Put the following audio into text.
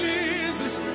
Jesus